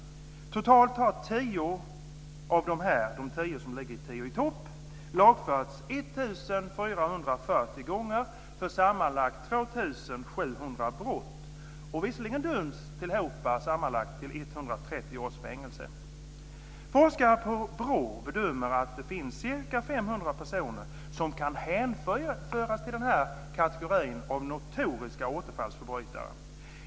Totalt har de tio som ligger i tio-i-topp lagförts 1 440 gånger för sammanlagt 2 700 brott och har visserligen dömts till sammanlagt 130 års fängelse. Forskare på BRÅ bedömer att det finns ca 500 personer som kan hänföras till den här kategorin av notoriska återfallsförbrytare.